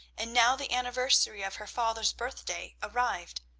and now the anniversary of her father's birthday arrived.